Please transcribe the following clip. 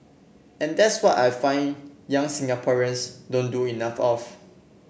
and that's what I find young Singaporeans don't do enough of